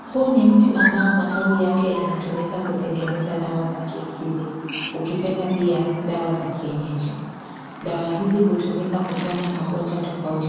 Huu ni mti ambayo matawi yake yanatumika kutegeneza dawa za kiasili, ukipenda pia dawa za kienyeji. Dawa hizi hutumika kuponya mgonjwa